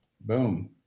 Boom